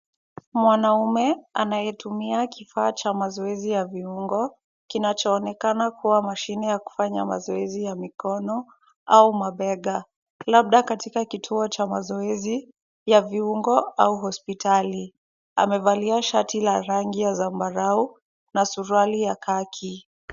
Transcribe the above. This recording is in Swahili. Mwanaume anayetumia kifaa cha mazoezi ya viungo, kinachoonekana kuwa mashine ya kufanya mazoezi ya mikono au mabega, labda katika kituo cha mazoezi ya viungo au hospitali. Amevalia shati la rangi ya zambarau na suruali ya kaki.